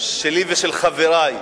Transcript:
שלי ושל חברי,